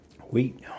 wheat